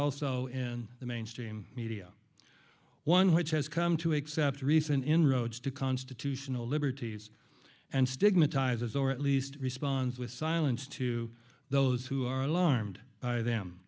also in the mainstream media one which has come to accept recent inroads to constitutional liberties and stigmatizes or at least responds with silence to those who are alarmed by them